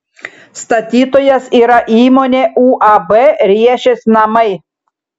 statytojas yra įmonė uab riešės namai